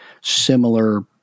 similar